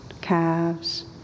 calves